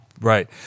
Right